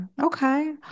Okay